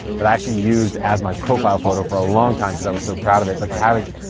that i actually used as my profile photo for a long time because i was so proud of it. like cabbage.